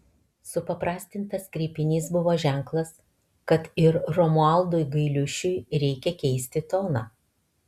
supaprastintas kreipinys buvo ženklas kad ir romualdui gailiušiui reikia keisti toną